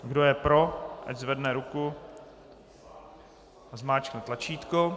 Kdo je pro, ať zvedne ruku a zmáčkne tlačítko.